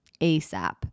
ASAP